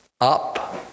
up